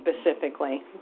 specifically